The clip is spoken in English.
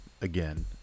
again